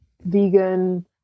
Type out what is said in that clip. vegan